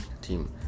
team